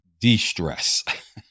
de-stress